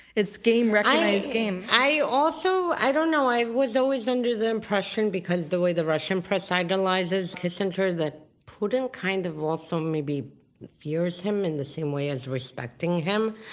it's game recognize game. i also, i don't know, i was always under the impression because of the way the russian press idolizes kissinger, that putin kind of also maybe fears him in the same way as respecting him,